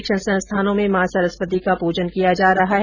शिक्षण संस्थानों में मां सरस्वती का पूजन किया जा रहा है